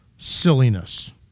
Silliness